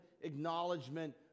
acknowledgement